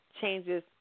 changes